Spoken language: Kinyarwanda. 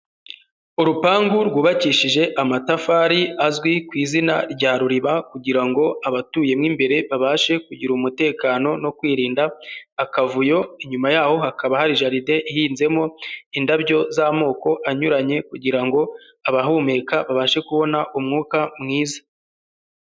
Urupangu rwubakishije amatafari azwi ku izina rya ruriba kugira ngo abatuye mo imbere babashe kugira umutekano no kwirinda akavuyo, inyuma yaho hakaba hari jaride ihinzemo indabyo z'amoko anyuranye kugira ngo abahumeka babashe kubona umwuka mwiza.